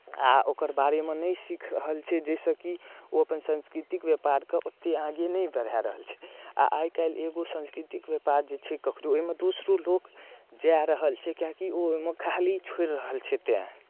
आ ओकर बारेमे नहि सीख रहल छै जाहिसँ कि ओ अपन सांस्कृतिक व्यापारकेँ ओतेक आगे नहि बढ़ाए रहल छै आ आइ काल्हि एगो सांस्कृतिक व्यापार जे छै ककरो ओहिमे दोसरो लोक जाए रहल छै किएकि ओ ओहिमे खाली छोड़ि रहल छै तैँ